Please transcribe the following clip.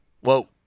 Whoa